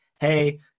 Hey